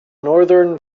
northern